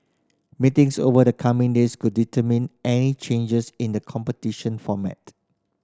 meetings over the coming days could determine any changes in the competition format